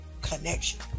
connection